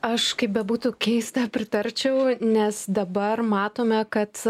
aš kaip bebūtų keista pritarčiau nes dabar matome kad